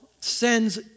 sends